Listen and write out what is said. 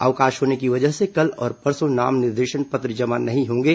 अवकाश होने की वजह से कल और परसों नाम निर्देशन पत्र जमा नहीं होंगे